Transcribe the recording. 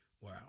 Wow